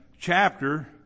chapter